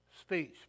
speech